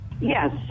Yes